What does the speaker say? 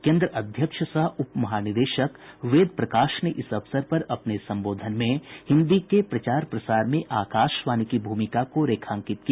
केन्द्र अध्यक्ष सह उप महानिदेशक वेद प्रकाश ने इस अवसर पर अपने संबोधन में हिन्दी के प्रचार प्रसार में आकाशवाणी की भूमिका को रेखांकित किया